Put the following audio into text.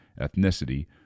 ethnicity